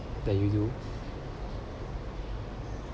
that you do